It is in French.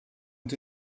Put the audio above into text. ont